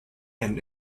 and